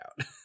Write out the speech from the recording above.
out